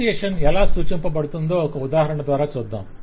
association ఎలా సూచింపబడుతుందో ఒక ఉదాహరణ ద్వారా చూద్దాం